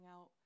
out